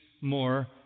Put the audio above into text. more